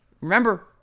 Remember